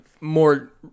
more